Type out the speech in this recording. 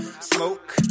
smoke